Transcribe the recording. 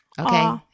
okay